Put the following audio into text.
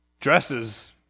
Dresses